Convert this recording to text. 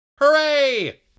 Hooray